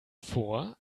vor